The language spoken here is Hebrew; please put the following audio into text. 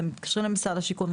מתקשרים למשרד השיכון,